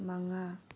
ꯃꯉꯥ